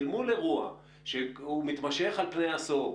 אל מול אירוע שמתמשך על פני עשור,